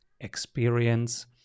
experience